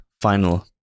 final